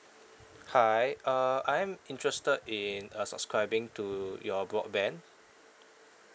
hi uh I am interested in uh subscribing to your broadband